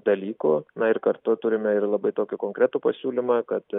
dalykų na ir kartu turime ir labai tokį konkretų pasiūlymą kad